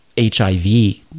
HIV